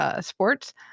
Sports